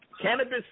Cannabis